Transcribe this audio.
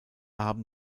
haben